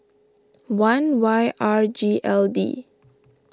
one Y R G L D